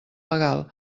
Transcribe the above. legal